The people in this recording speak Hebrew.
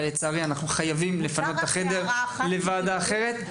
אבל לצערי אנחנו חייבים לפנות את החדר לוועדה אחרת.